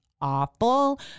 awful